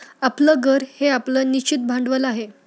आपलं घर हे आपलं निश्चित भांडवल आहे